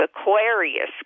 Aquarius